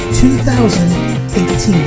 2018